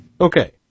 Okay